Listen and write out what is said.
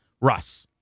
Russ